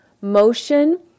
motion